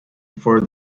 for